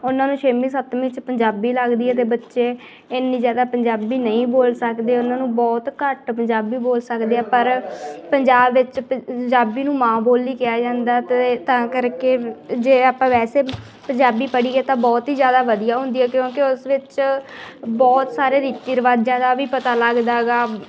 ਉਹਨਾਂ ਨੂੰ ਛੇਵੀਂ ਸੱਤਵੀਂ 'ਚ ਪੰਜਾਬੀ ਲੱਗਦੀ ਹੈ ਅਤੇ ਬੱਚੇ ਇੰਨੀ ਜ਼ਿਆਦਾ ਪੰਜਾਬੀ ਨਹੀਂ ਬੋਲ ਸਕਦੇ ਉਹਨਾਂ ਨੂੰ ਬਹੁਤ ਘੱਟ ਪੰਜਾਬੀ ਬੋਲ ਸਕਦੇ ਆ ਪਰ ਪੰਜਾਬ ਵਿੱਚ ਪੰਜਾਬੀ ਨੂੰ ਮਾਂ ਬੋਲੀ ਕਿਹਾ ਜਾਂਦਾ ਜ਼ਜ਼ਤੇ ਤਾਂ ਕਰਕੇ ਜੇ ਆਪਾਂ ਵੈਸੇ ਪੰਜਾਬੀ ਪੜ੍ਹੀ ਹੈ ਤਾਂ ਬਹੁਤ ਹੀ ਜ਼ਿਆਦਾ ਵਧੀਆ ਹੁੰਦੀ ਹੈ ਕਿਉਂਕਿ ਉਸ ਵਿੱਚ ਬਹੁਤ ਸਾਰੇ ਰੀਤੀ ਰਿਵਾਜ਼ਾਂ ਦਾ ਵੀ ਪਤਾ ਲੱਗਦਾ ਗਾ